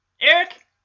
Eric